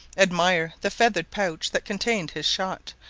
admire the feathered pouch that contained his shot,